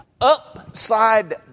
upside